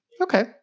Okay